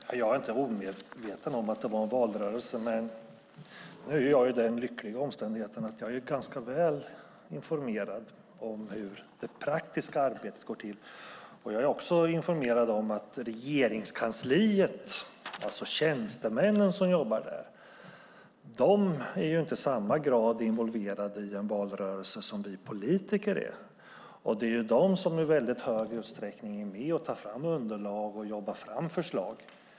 Fru talman! Jag är inte omedveten om att det var en valrörelse. Men jag är i den lyckliga omständigheten att jag är ganska väl informerad om hur det praktiska arbetet går till. Jag är också informerad om att tjänstemännen som jobbar på Regeringskansliet inte i samma grad är involverade i en valrörelse som vi politiker, och det är de som i mycket stor utsträckning är med och tar fram underlag och jobbar fram förslag.